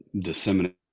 disseminate